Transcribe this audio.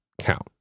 count